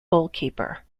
goalkeeper